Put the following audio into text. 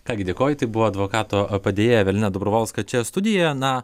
ką gi dėkoju tai buvo advokato padėjėja evelina dabrovolska čia studijoje na